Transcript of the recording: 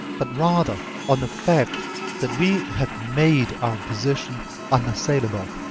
but rather on the fact that we have made our position unassailable.